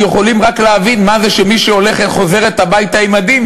יכולים רק להבין מה זה שמי שחוזרת הביתה עם מדים,